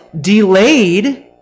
Delayed